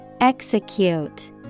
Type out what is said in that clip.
Execute